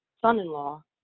son-in-law